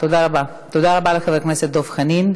תודה רבה לחבר הכנסת דב חנין.